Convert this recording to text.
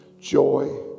joy